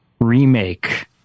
remake